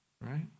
Right